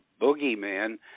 boogeyman